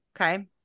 Okay